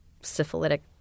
syphilitic